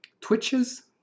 Twitches